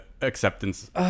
acceptance